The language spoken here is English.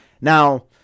Now